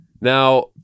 Now